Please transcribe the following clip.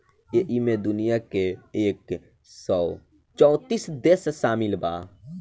ऐइमे दुनिया के एक सौ चौतीस देश सामिल बा